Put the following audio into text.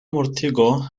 mortigo